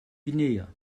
guinea